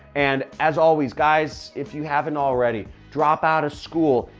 and as always guys, if you haven't already, drop out of school,